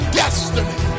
destiny